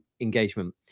engagement